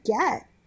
get